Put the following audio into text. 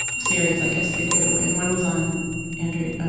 series, i guess they do, and one was on andrea,